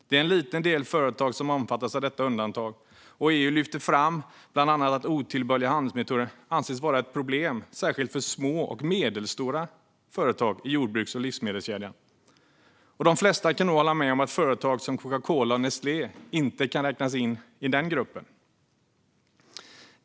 Det är en liten del företag som omfattas av detta undantag, och EU lyfter bland annat fram att otillbörliga handelsmetoder anses vara ett problem särskilt för små och medelstora företag i jordbruks och livsmedelskedjan. De flesta kan nog hålla med om att företag som Coca-Cola och Nestlé inte kan räknas till denna grupp.